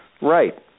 Right